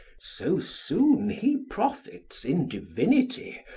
so soon he profits in divinity,